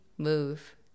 move